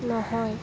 নহয়